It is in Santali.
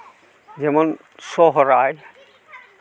ᱡᱮᱢᱚᱱ ᱥᱚᱨᱦᱟᱭ